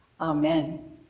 Amen